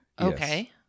Okay